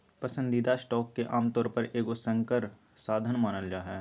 पसंदीदा स्टॉक के आमतौर पर एगो संकर साधन मानल जा हइ